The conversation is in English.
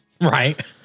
Right